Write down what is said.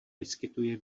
vyskytuje